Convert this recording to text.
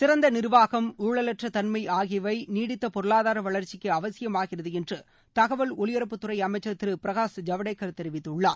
சிறந்த நிர்வாகம் ஊழலற்ற தன்மை ஆகியவை நீடித்த பொருளாதார வளர்ச்சிக்கு அவசியமாகிறது என்று தகவல் ஒலிபரப்புத்துறை அமைச்சர் திரு பிரகாஷ் ஜவடேக்கர் தெரிவித்துள்ளார்